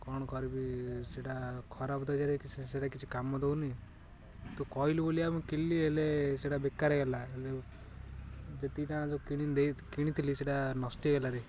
କ'ଣ କରିବି ସେଟା ଖରାପ କି ସେଟା କିଛି କାମ ଦେଉନି ତୁ କହିଲୁ ବୋଲି ମୁଁ କିଣିଲି ହେଲେ ସେଟା ବେକାର ହୋଇଗଲା ଯେତିକିଟା ଯେଉଁ କିଣିଦେଇ କିଣିଥିଲି ସେଟା ନଷ୍ଟ ହୋଇଗଲାରେ